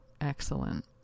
excellent